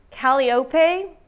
Calliope